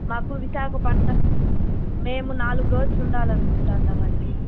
మాకు విశాఖపట్నం మేము నాలుగు రోజులు ఉండాలనుకుంటాన్నామండి